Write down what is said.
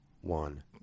One